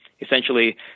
Essentially